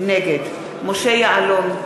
נגד משה יעלון,